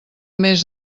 més